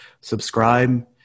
subscribe